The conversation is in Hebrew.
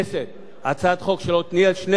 שמשיגה במהות את אותה המטרה,